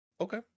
Okay